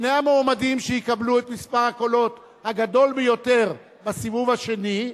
שני המועמדים שיקבלו את מספר הקולות הגדול ביותר בסיבוב השני,